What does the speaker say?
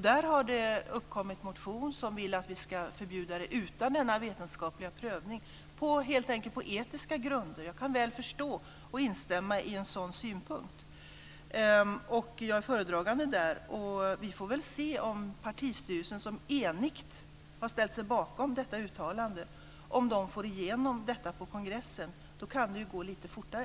den har det väckts en motion om att vi ska förbjuda detta utan att denna vetenskapliga prövning görs och att detta ska förbjudas på etiska grunder. Jag kan väl förstå och instämma i en sådan synpunkt. Jag är föredragande i fråga om detta. Vi får väl se om partistyrelsen, som enigt har ställt sig bakom detta uttalande, får igenom detta på kongressen. Då kan det ju gå lite fortare.